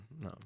no